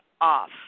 off